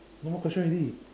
no more question already